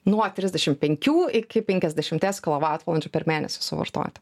nuo trisdešim penkių iki penkiasdešimties kilovatvalandžių per mėnesį suvartoti